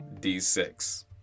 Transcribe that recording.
d6